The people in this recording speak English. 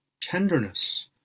tenderness